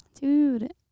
Dude